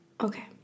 Okay